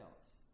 else